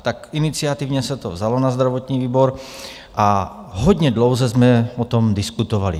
Tak se to iniciativně vzalo na zdravotní výbor a hodně dlouze jsme o tom diskutovali.